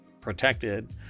protected